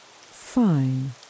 Fine